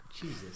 Jesus